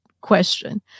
question